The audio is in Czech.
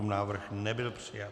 Návrh nebyl přijat.